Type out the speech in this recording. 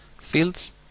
fields